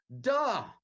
Duh